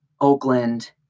Oakland